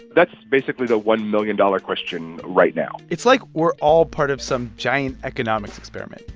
that's basically the one million dollars question right now it's like we're all part of some giant economics experiment.